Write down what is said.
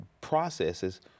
processes